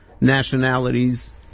nationalities